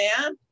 man